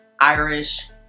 Irish